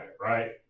Right